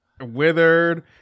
Withered